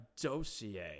dossier